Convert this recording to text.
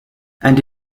and